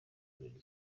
kurinda